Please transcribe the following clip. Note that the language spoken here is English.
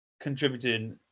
contributing